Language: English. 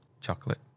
Chocolate